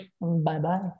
Bye-bye